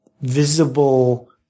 visible